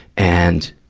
and,